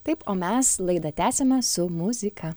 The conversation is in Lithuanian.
taip o mes laidą tęsiame su muzika